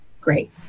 great